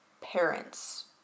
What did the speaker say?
parents